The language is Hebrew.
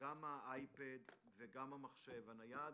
גם האייפד וגם המחשב הנייד